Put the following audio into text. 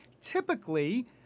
typically